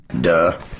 Duh